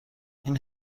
این